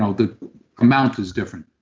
ah the amount is different